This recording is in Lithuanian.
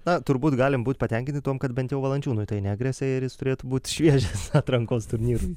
na turbūt galim būti patenkinti tuom kad bent jau valančiūnui tai negresia ir jis turėtų būt šviežias atrankos turnyrui